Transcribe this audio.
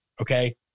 Okay